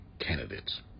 candidates